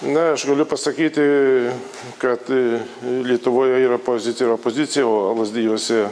na aš galiu pasakyti kad lietuvoje yra pozicija ir opozicija o lazdijuose